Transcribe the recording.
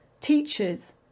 teachers